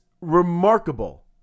remarkable